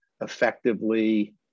effectively